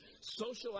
social